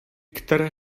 které